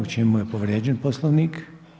U čemu je povrijeđen Poslovnik?